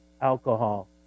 alcohol